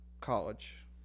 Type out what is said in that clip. college